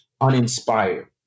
uninspired